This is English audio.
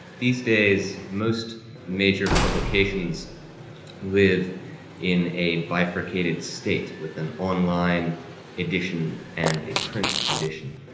these days most major publications live in a bifurcated state, with an online edition and a print edition.